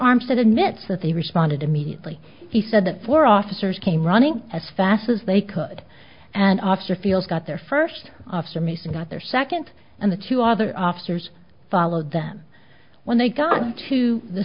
armstead admits that they responded immediately he said that four officers came running as fast as they could and austerfield got there first officer mason got there second and the two other officers followed them when they got to the